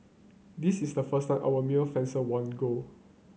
this is the first time our male fencer won gold